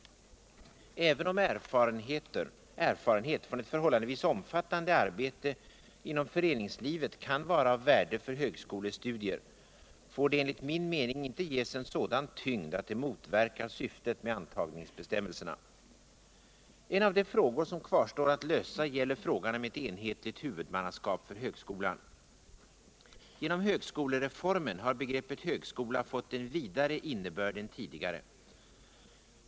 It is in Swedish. Även om erfarenhet från eu förhållandevis omfattande arbete inom föreningslivet kan vara av värde för högskolestudier, får den enligt min mening inte ges en sådan tyngd att det motverkar syftet med antagningsbostämmelserna. En av de frågor som kvarstår att lösa gäller frågan om ett enhetligt huvudmannaskap för högskolan. Genom högskolereformen har begreppet högskola fått en vidare innebörd än tidigare.